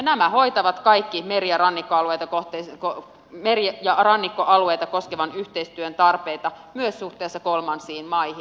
nämä hoitavat kaikki meri ja rannikkoalueita koskevan yhteistyön tarpeita myös suhteessa kolmansiin maihin